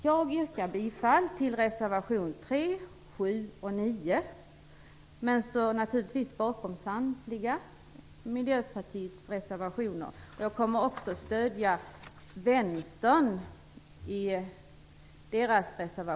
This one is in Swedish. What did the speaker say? Jag yrkar bifall till reservationerna 3, 7, och 9 men står naturligtvis bakom samtliga Miljöpartiets reservationer. Jag kommer också att stödja